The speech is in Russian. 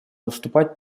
выступать